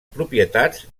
propietats